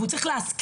והוא צריך להסכים.